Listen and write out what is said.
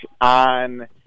on